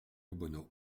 obono